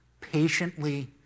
patiently